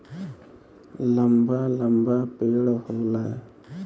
लंबा लंबा पेड़ होला